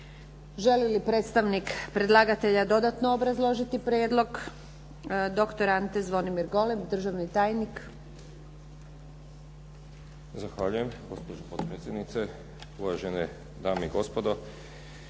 Želi li predstavnik predlagatelja dodatno obrazložiti prijedlog? Doktor Ante Zvonimir Golem, državni tajnik. **Golem, Ante Zvonimir** Zahvaljujem gospođo potpredsjednice, uvažene dame i gospodo.